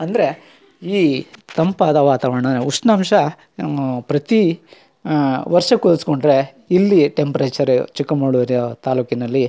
ಅಂದರೆ ಈ ತಂಪಾದ ವಾತಾವರಣ ಉಷ್ಣಾಂಶ ಪ್ರತಿ ವರ್ಷಕ್ಕೆ ಹೋಲಿಸ್ಕೊಂಡ್ರೆ ಇಲ್ಲಿ ಟೆಂಪ್ರೇಚರ್ ಚಿಕ್ಕಮಗಳೂರಿನ ತಾಲೂಕಿನಲ್ಲಿ